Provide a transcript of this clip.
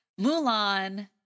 mulan